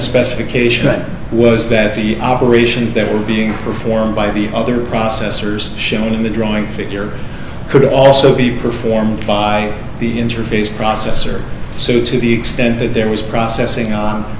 specification was that the operations that were being performed by the other processors shown in the drawing figure could also be performed by the interface processor so to the extent that there was processing on